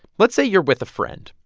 let's say you're with a friend.